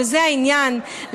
וזה העניין,